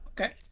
Okay